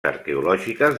arqueològiques